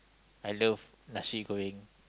I love nasi-goreng